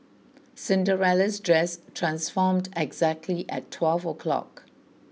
Cinderella's dress transformed exactly at twelve o' clock